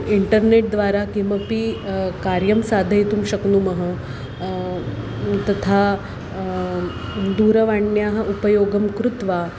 internet द्वारा किमपि कार्यं साधयितुं शक्नुमः तथा दूरवाण्याः उपयोगं कृत्वा